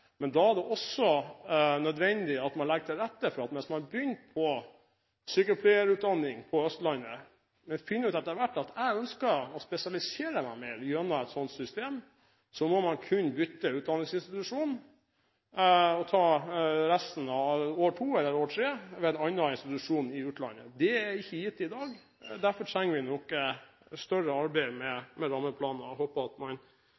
legger forholdene til rette, for hvis man har begynt på sykepleierutdanning på Østlandet, men etter hvert finner ut at man ønsker å spesialisere seg mer gjennom et slikt system, må man kunne bytte utdanningsinstitusjon og ta resten – et år nummer to eller tre – ved en annen institusjon, i utlandet. Det er ikke gitt i dag, så derfor må vi nok arbeide mer med nasjonale rammeplaner, slik at